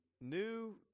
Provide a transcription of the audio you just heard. new